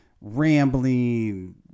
rambling